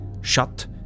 shut